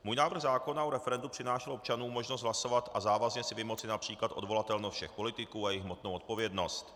Můj návrh zákona o referendu přinášel občanům možnost hlasovat a závazně si vymoci například odvolatelnost všech politiků a jejich hmotnou odpovědnost.